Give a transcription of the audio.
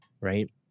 right